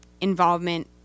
involvement